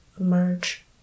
Emerge